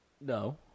No